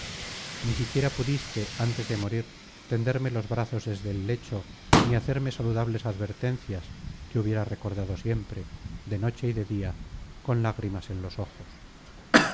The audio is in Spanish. ni siquiera pudiste antes de morir tenderme los brazos desde el lecho ni hacerme saludables advertencias que hubiera recordado siempre de noche y de día con lágrimas en los ojos